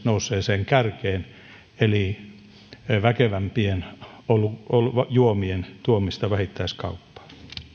nousseeseen kärkeen eli väkevämpien juomien tuomiseen vähittäiskauppaan